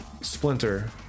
Splinter